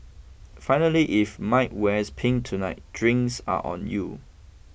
finally if Mike wears pink tonight drinks are on you